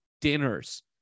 dinners